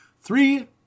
Three